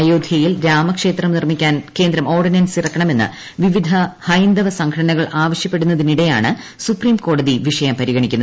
അയോധ്യയിൽ രാമ ക്ഷേത്രം നിർമ്മിക്കാൻ കേന്ദ്രം ഓർഡിനൻസ് ഇറക്കണമെന്ന് വിവിധ ഹൈന്ദവ സംഘട നകൾ ആവശ്യപ്പെടുന്നതിനിടെയാണ് സുപ്രീം കോടതി വിഷയം പരിഗണിക്കുന്നത്